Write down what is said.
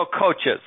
coaches